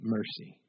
Mercy